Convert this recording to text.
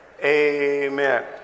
amen